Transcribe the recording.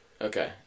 Okay